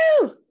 Woo